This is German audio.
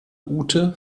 ute